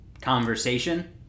conversation